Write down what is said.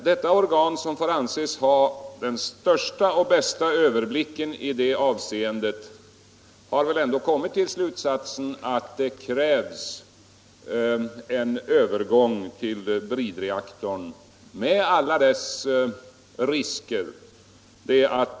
Detta organ, som får anses ha den största och bästa överblicken över detta område, har kommit till slutsatsen att det krävs en övergång till bridreaktorn med alla dess risker.